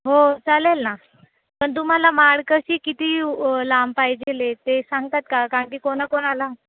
हो चालेल ना पण तुम्हाला माळ कशी किती लांब पायजेले ते सांगतात का कारण की कोणाकोणाला